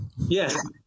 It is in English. Yes